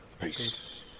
Peace